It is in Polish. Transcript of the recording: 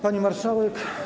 Pani Marszałek!